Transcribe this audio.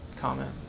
comment